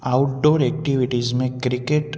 out door activities में cricket